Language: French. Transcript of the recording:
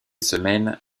semaine